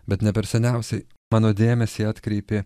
bet ne per seniausiai mano dėmesį atkreipė